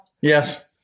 Yes